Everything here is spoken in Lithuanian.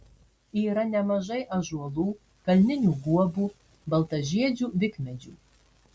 yra nemažai ąžuolų kalninių guobų baltažiedžių vikmedžių